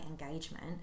engagement